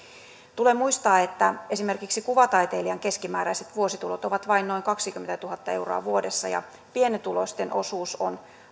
tulee muistaa että esimerkiksi kuvataiteilijan keskimääräiset vuositulot ovat vain noin kaksikymmentätuhatta euroa vuodessa ja pienituloisten osuus on